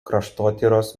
kraštotyros